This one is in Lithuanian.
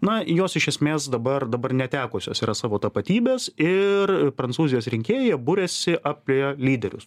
na jos iš esmės dabar dabar netekusios yra savo tapatybės ir prancūzijos rinkėjai jie buriasi apie lyderius